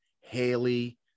Haley